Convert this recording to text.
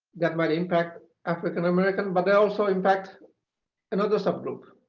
that might impact african-american, but they also impact another subgroup,